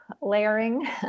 layering